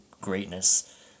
greatness